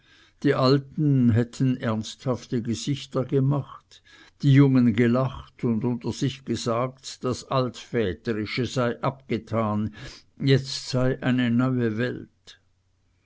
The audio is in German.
die alten hätten ernsthafte gesichter gemacht die jungen gelacht und unter sich gesagt das altväterische sei abgetan jetzt sei es eine neue welt